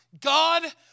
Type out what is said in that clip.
God